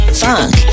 funk